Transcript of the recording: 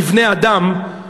בבני-אדם,